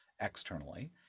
externally